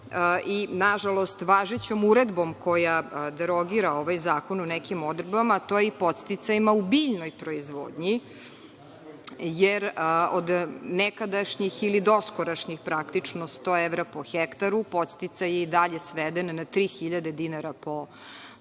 i na žalost važećom uredbom koja derogira ovaj zakon u nekim odredbama, a to je podsticajima u biljnoj proizvodnji, jer od nekadašnjih ili doskorašnih praktično 100 evra po ha podsticaji su i dalje svedeni na 3.000 dinara po hektaru.